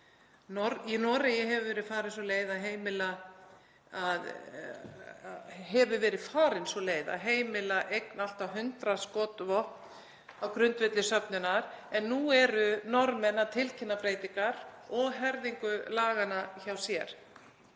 Í Noregi hefur verið farin sú leið að heimila eign á allt að 100 skotvopnum á grundvelli söfnunar, en nú eru Norðmenn að tilkynna breytingar og herðingu laganna hjá sér.